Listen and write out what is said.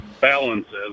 balances